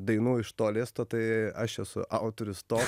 dainų iš to listo tai aš esu autorius to